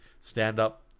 stand-up